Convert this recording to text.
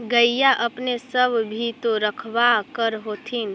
गईया अपने सब भी तो रखबा कर होत्थिन?